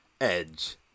Edge